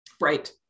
Right